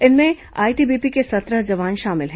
इनमें आईटीबीपी के सत्रह जवान शामिल हैं